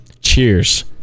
Cheers